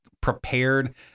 prepared